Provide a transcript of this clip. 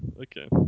okay